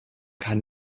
kann